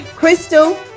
Crystal